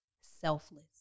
selfless